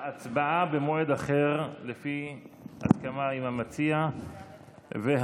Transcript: הצבעה במועד אחר, לפי הסכמה בין המציע לממשלה.